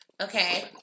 Okay